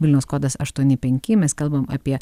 vilniaus kodas aštuoni penki mes kalbam apie